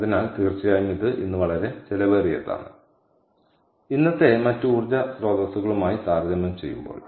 അതിനാൽ തീർച്ചയായും ഇത് ഇന്ന് വളരെ ചെലവേറിയതാണ് ഇന്നത്തെ മറ്റ് ഊർജ്ജ സ്രോതസ്സുകളുമായി താരതമ്യം ചെയ്യുമ്പോൾ